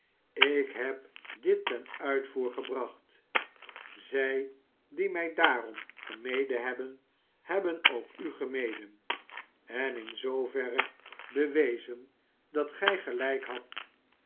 ik heb dit ten uitvoer gebracht zij die mij daarom gemeden hebben hebben ook u gemeden en in zooverre bewezen dat gij gelijk hadt